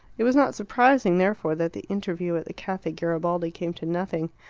it was not surprising, therefore, that the interview at the caffe garibaldi came to nothing.